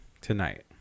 tonight